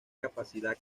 capacidad